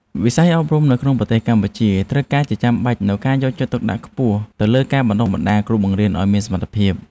វិស័យអប់រំនៅក្នុងប្រទេសកម្ពុជាត្រូវការជាចាំបាច់នូវការយកចិត្តទុកដាក់ខ្ពស់ទៅលើការបណ្តុះបណ្តាលគ្រូបង្រៀនឱ្យមានសមត្ថភាព។